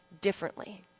differently